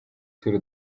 tour